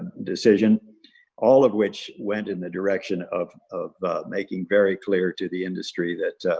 decision all of which went in the direction of of making very clear to the industry that ah,